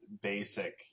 basic